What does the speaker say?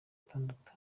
atandatu